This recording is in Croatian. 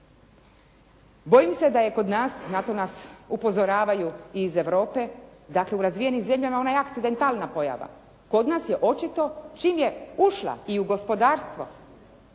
Bojim se da je kod nas, na to nas upozoravaju i iz Europe, dakle u razvijenim zemljama ona je akcedetalna pojava. Kod nas je očito čim je ušla i u gospodarstvo